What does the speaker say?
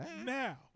Now